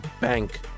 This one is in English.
bank